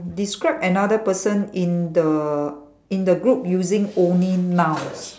describe another person in the in the group using only nouns